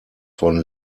von